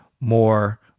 more